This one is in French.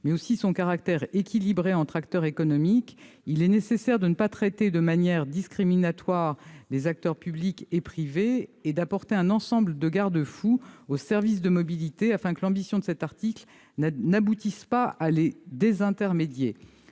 garantir son caractère équilibré entre acteurs économiques, il est nécessaire de ne pas traiter de manière discriminatoire les acteurs publics et privés et d'apporter un ensemble de garde-fous aux services de mobilité. Il ne faudrait pas que la mise en oeuvre des dispositions de cet article aboutisse à les désintermédier.